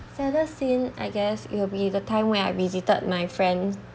saddest scene I guess it will be the time where I visited my friend